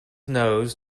nose